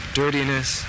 dirtiness